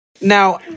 Now